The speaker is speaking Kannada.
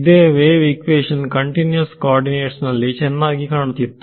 ಇದೆ ವೇವ್ ಇಕ್ವೇಶನ್ ಕಂಟಿನ್ಯೂಸ್ ಕಾರ್ಡಿನೇಟ್ಸ್ ನಲ್ಲಿ ಚೆನ್ನಾಗಿ ಕಾಣುತ್ತಿತ್ತು